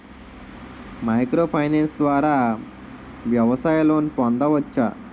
Micro finance ద్వారా వ్యవసాయ loan పొందవచ్చా?